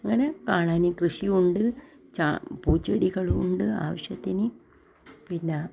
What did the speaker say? അങ്ങന കാണാന് കൃഷി ഉണ്ട് ച പൂച്ചെടികളുണ്ട് ആവശ്യത്തിന് പിന്നെ